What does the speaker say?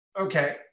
Okay